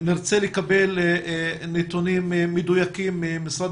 עד אז נרצה לקבל נתונים מדויקים ממשרד